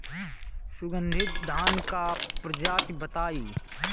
सुगन्धित धान क प्रजाति बताई?